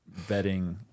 vetting